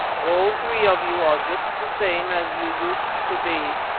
all three of you are just the same as you used to be.